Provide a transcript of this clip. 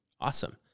awesome